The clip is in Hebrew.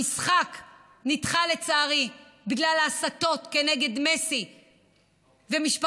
המשחק נדחה, לצערי, בגלל ההסתות כנגד מסי ומשפחתו.